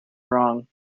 wrong